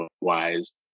wise